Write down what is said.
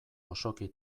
osoki